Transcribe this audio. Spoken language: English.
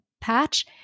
patch